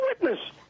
witness